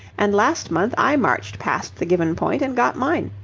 and last month i marched past the given point and got mine.